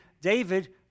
David